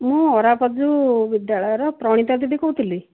ମୁଁ ଓରାକଜୁ ବିଦ୍ୟାଳୟର ପ୍ରଣୀତା ଦିଦି କହୁଥିଲି